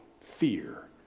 fear